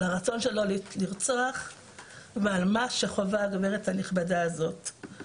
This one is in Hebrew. על הרצון שלו לרצוח ועל מה שעבר על הגברת הנכבדה הזאת,